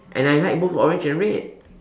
and I like both orange and red